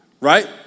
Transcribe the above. right